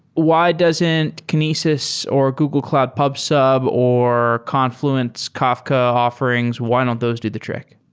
why doesn't kinesis or google cloud pub sub, or confl uent's kafka offerings, why don't those do the trick?